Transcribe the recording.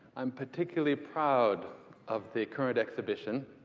i'm particularly proud of the current exhibition